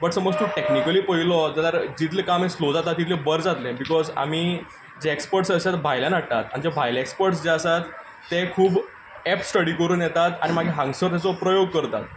but तूं समज technically पळयलो जाल्यार जितलें कमा स्लो जाता तितलें बरें जातलें बिकोज आमी जे एक्सपर्टस आसात ते भायल्यान हाडटात आनी जे भायले एक्सपर्टस जे आसात ते खूब एप्ट स्टडी करून येतात आनी हांगासर मागीर ताचो प्रयोग करतात